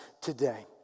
today